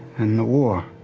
and the war.